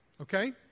okay